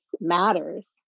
matters